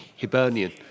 Hibernian